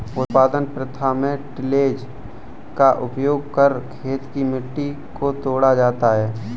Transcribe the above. उत्पादन प्रथा में टिलेज़ का उपयोग कर खेत की मिट्टी को तोड़ा जाता है